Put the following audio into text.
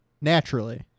naturally